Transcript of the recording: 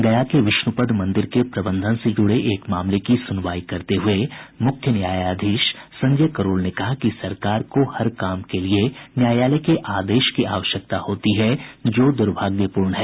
गया के विष्णुपद मंदिर के प्रबंधन से जुड़े एक मामले की सुनवाई करते हुए मुख्य न्यायाधीश संजय करोल ने कहा कि सरकार को हर काम के लिये न्यायालय के आदेश की जरूरत होती है जो दुर्भाग्यपूर्ण है